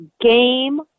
game